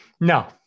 no